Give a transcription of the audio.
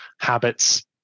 habits